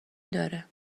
داره